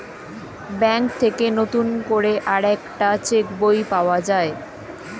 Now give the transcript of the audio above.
bank থেকে নতুন করে আরেকটা চেক বই পাওয়া যায়